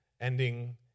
ending